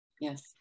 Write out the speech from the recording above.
Yes